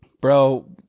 Bro